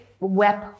web